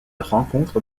rencontre